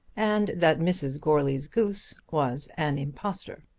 and that mrs. goarly's goose was an impostor.